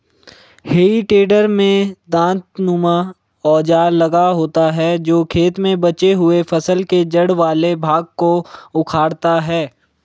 हेइ टेडर में दाँतनुमा औजार लगा होता है जो खेतों में बचे हुए फसल के जड़ वाले भाग को उखाड़ता है